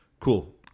Cool